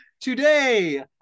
Today